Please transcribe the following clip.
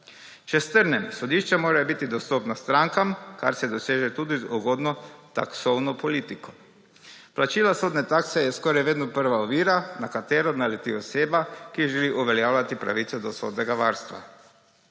Če strnem. Sodišča morajo biti dostopna strankam, kar se doseže tudi z ugodno taksno politiko. Plačilo sodne takse je skoraj vedno prva ovira, na katero naleti oseba, ki želi uveljavljati pravico do sodnega varstva.